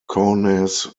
kaunas